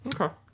Okay